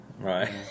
Right